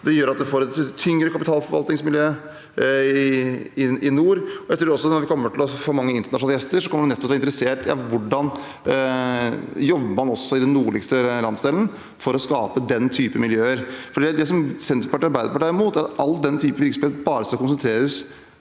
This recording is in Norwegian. Det gjør at man får et tyngre kapitalforvaltningsmiljø i nord. Når vi får man ge internasjonale gjester, tror jeg også de kommer til å være interessert i hvordan man jobber i den nordligste landsdelen for å skape den typen miljøer. Det Senterpartiet og Arbeiderpartiet er imot, er at all den typen virksomhet bare skal konsentreres